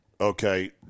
okay